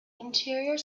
interior